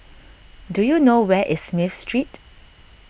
do you know where is Smith Street